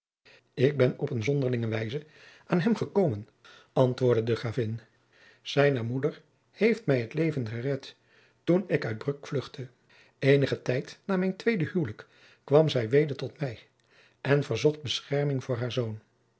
ik ben op eene zonderlinge wijze aan hem gekomen antwoordde de gravin zijne moeder heeft jacob van lennep de pleegzoon mij het leven gered toen ik uit bruck vluchtte eenigen tijd na mijn tweede huwelijk kwam zij weder tot mij en verzocht bescherming voor haar zoon